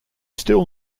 still